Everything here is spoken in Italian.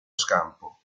scampo